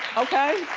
okay.